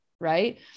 right